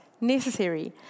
necessary